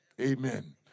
Amen